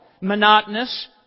monotonous